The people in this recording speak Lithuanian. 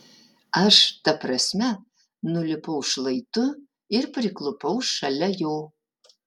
aš ta prasme nulipau šlaitu ir priklaupiau šalia jo